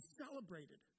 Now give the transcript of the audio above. celebrated